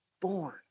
born